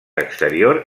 exterior